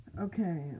Okay